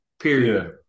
period